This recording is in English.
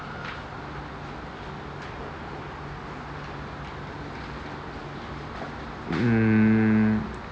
mm